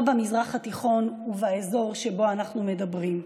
לא במזרח התיכון ובאזור שאנחנו מדברים עליו.